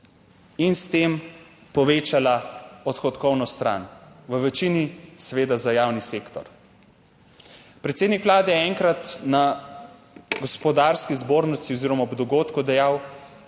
in s tem povečala odhodkovno stran, v večini seveda za javni sektor. Predsednik Vlade je enkrat na Gospodarski zbornici oziroma ob dogodku dejal,